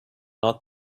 not